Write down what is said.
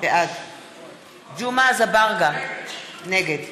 בעד ג'מעה אזברגה, נגד